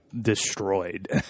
destroyed